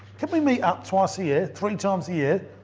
can we meet out twice a year, three times a year?